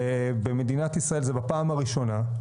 במדינת ישראל זה בפעם הראשונה,